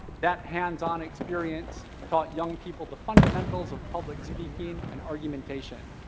that hands-on experience taught young people the fundamentals of public speaking and argumentation,